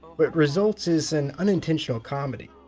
what results is an unintentional comedy.